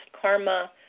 karma